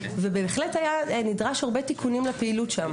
ובהחלט נדרשו הרבה תיקונים לפעילות שם.